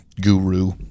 guru